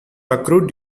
accrued